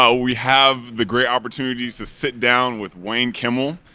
ah we have the great opportunities to sit down with wayne kimmel.